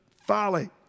folly